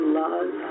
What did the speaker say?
love